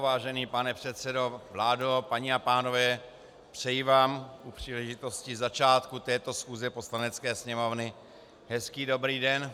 Vážený pane předsedo, vládo, paní a pánové, přeji vám u příležitosti začátku této schůze Poslanecké sněmovny hezký dobrý den.